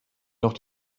noch